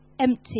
empty